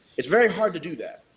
it's very hard to do that.